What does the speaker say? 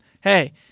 hey